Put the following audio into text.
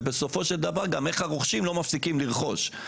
ובסופו של דבר גם איך הרוכשים לא מפסיקים לרכוש.